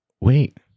Wait